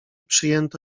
przyjęto